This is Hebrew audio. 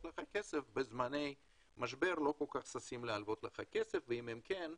כסף בזמני משבר לא כל כך ששים להלוות כסף ואם כן,